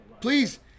Please